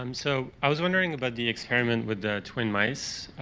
um so i was wondering about the experiment with the twin mice.